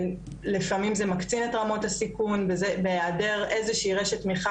לפעמים זה מקצין את רמות הסיכון ובהיעדר איזושהי רשת תמיכה,